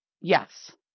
yes